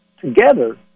together